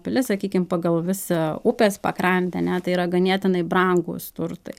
pilis sakykim pagal visą upės pakrantę ne tai yra ganėtinai brangūs turtai